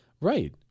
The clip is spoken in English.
Right